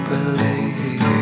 Believe